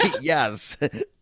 Yes